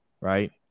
right